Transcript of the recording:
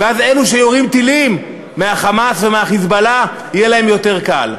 ואז אלה שיורים טילים מה"חמאס" ומה"חיזבאללה" יהיה להם יותר קל.